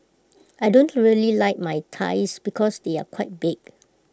I don't really like my thighs because they are quite big